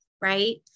right